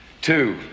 Two